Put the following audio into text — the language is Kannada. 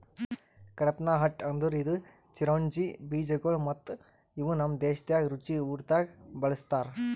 ಕಡ್ಪಾಹ್ನಟ್ ಅಂದುರ್ ಇದು ಚಿರೊಂಜಿ ಬೀಜಗೊಳ್ ಮತ್ತ ಇವು ನಮ್ ದೇಶದಾಗ್ ರುಚಿ ಊಟ್ದಾಗ್ ಬಳ್ಸತಾರ್